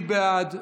מי בעד?